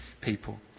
people